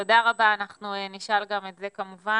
תודה רבה, אנחנו נשאל גם את זה כמובן.